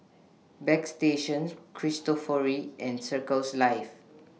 Bagstationz Cristofori and Circles Life